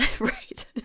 right